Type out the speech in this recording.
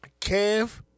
Kev